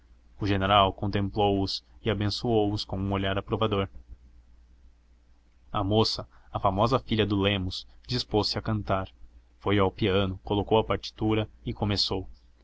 o general contemplou os e abençoou os com um olhar aprovador a moça a famosa filha do lemos dispôs-se a cantar foi ao piano colocou a partitura e começou